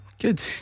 Good